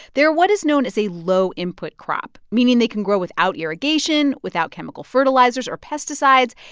they're what is known as a low-input crop, meaning they can grow without irrigation, without chemical fertilizers or pesticides.